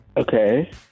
Okay